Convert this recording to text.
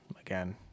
again